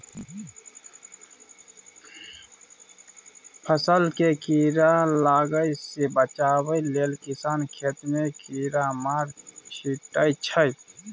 फसल केँ कीड़ा लागय सँ बचाबय लेल किसान खेत मे कीरामार छीटय छै